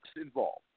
involved